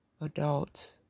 adults